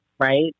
right